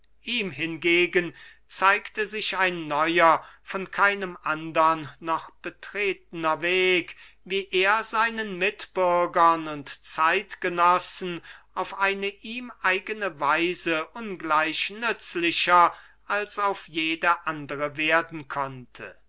ihm hingegen zeigte sich ein neuer von keinem andern noch betretener weg wie er seinen mitbürgern und zeitgenossen auf eine ihm eigene weise ungleich nützlicher als auf jede andere werden konnte